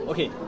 Okay